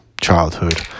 childhood